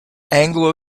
anglo